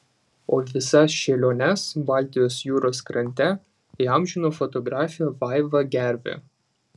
o visas šėliones baltijos jūros krante įamžino fotografė vaiva gervė